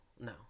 no